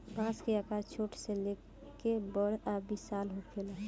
बांस के आकर छोट से लेके बड़ आ विशाल होखेला